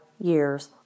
years